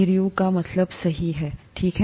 EU का मतलब सही है ठीक है